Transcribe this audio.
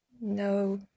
No